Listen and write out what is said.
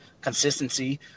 consistency